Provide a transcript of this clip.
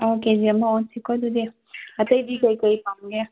ꯑꯣ ꯀꯦꯖꯤ ꯑꯃ ꯑꯣꯟꯁꯤꯀꯣ ꯑꯗꯨꯗꯤ ꯑꯇꯩꯗꯤ ꯀꯔꯤ ꯀꯔꯤ ꯄꯥꯝꯒꯦ